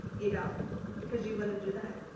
you don't cause you wouldn't do that.